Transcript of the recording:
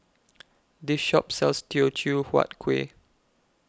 This Shop sells Teochew Huat Kuih